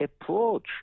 approach